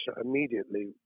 immediately